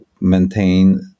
maintain